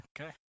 Okay